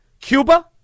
Cuba